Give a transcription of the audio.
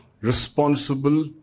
responsible